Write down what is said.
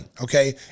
okay